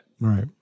Right